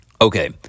Okay